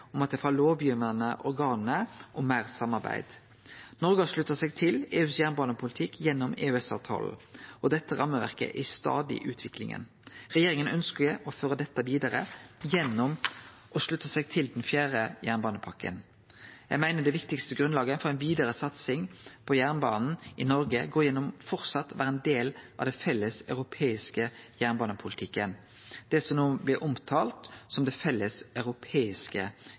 frå lovgivande organ om meir samarbeid. Noreg har slutta seg til EUs jernbanepolitikk gjennom EØS-avtalen, og dette rammeverket er i stadig utvikling. Regjeringa ønskjer å føre dette vidare gjennom å slutte seg til den fjerde jernbanepakka. Eg meiner det viktigaste grunnlaget for ei vidare satsing på jernbanen i Noreg går gjennom framleis å vere ein del av den felles europeiske jernbanepolitikken, det som no blir omtalt som det felles europeiske